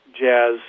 jazz